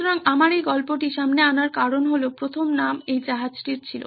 সুতরাং আমার এই গল্পটি সামনে আনার কারণ হলো প্রথম নাম এই জাহাজটির ছিল